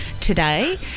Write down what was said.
today